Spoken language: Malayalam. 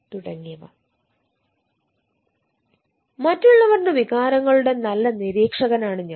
തുടങ്ങിയവ മറ്റുള്ളവരുടെ വികാരങ്ങളുടെ നല്ല നിരീക്ഷകനാണ് ഞാൻ